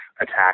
attack